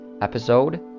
episode